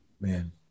man